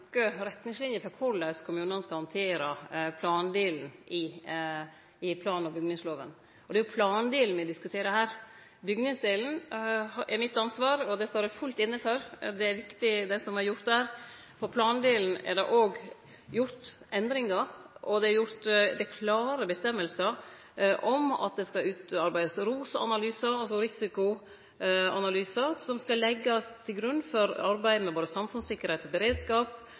for korleis kommunane skal handtere plandelen i plan- og bygningslova. Det er jo plandelen me diskuterer her. Bygningsdelen er mitt ansvar, og det står eg fullt inne for. Det er viktig det som er gjort der. På plandelen er det òg gjort endringar, og det er klare vedtak om at det skal utarbeidast ROS-analysar, risiko- og sårbarheitsanalysar, som skal leggjast til grunn for arbeidet med både samfunnssikkerheit og beredskap.